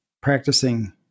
practicing